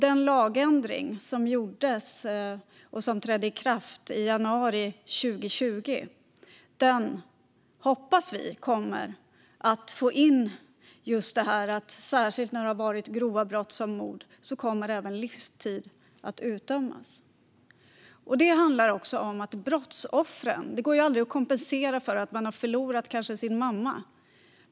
Den lagändring som gjordes och som trädde i kraft i januari 2020 hoppas vi kommer att få in just detta: Särskilt när det har varit grova brott, som mord, kommer livstidsstraff att utdömas. Det handlar också om brottsoffren. Det går aldrig att kompensera någon som förlorat sin mamma.